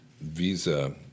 visa